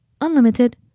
Unlimited